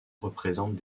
représentent